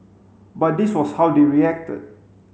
but this was how they reacted